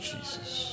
Jesus